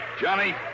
Johnny